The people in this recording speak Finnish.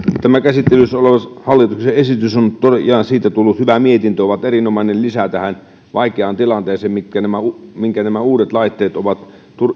tämä käsittelyssä oleva hallituksen esitys ja siitä tullut hyvä mietintö ovat erinomainen lisä tähän vaikeaan tilanteeseen minkä nämä minkä nämä uudet laitteet ovat